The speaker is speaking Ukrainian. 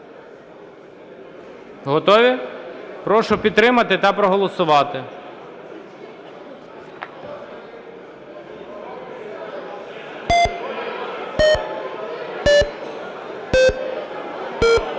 Прошу підтримати та проголосувати.